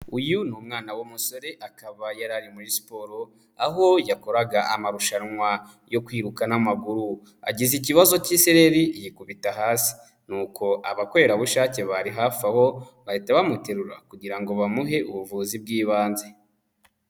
Uyu ni umwanawana w'umusore akaba yari ari muri siporo, aho yakoraga amarushanwa yo kwiruka n'amaguru, agize ikibazo k'ikisereri yikubita hasi nuko abakorerabushake bari hafi aho, bahita bamuterura kugira ngo bamuhe ubuvuzi bw'ibanze.